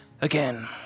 again